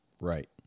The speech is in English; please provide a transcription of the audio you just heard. Right